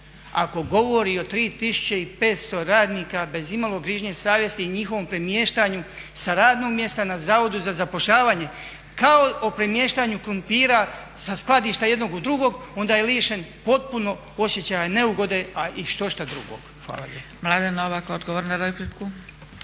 ako govori o 3500 radnika bez imalo grižnje savjesti i njihovom premještaju sa radnog mjesta na Zavod za zapošljavanje kao o premještanju krumpira sa skladišta jednog u drugo, onda je lišen potpuno osjećaja neugode a i štošta drugog. Hvala